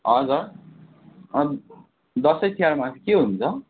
हजुर दसैँ तिहारमा चाहिँ के हुन्छ